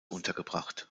untergebracht